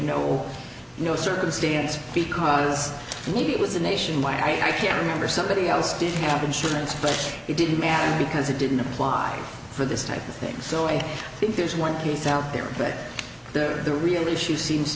no no circumstance because maybe it was a nationwide i can't remember somebody else didn't have insurance but it didn't matter because it didn't apply for this type of thing so i think there's one case out there that they're the real issue seems